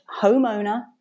homeowner